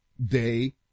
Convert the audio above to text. day